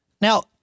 Now